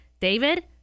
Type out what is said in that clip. David